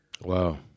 Wow